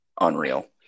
Unreal